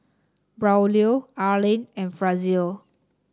Braulio Arlyn and Frazier